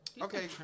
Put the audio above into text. Okay